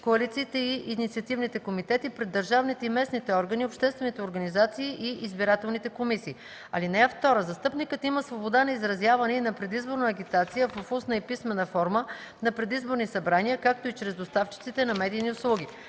коалициите и инициативните комитети пред държавните и местните органи, обществените организации и избирателните комисии. (2) Застъпникът има свобода на изразяване и на предизборна агитация в устна и писмена форма на предизборни събрания, както и чрез доставчиците на медийни услуги.